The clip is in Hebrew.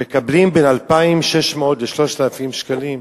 הם מקבלים בין 2,600 ל-3,000 שקלים.